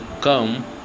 come